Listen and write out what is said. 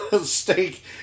steak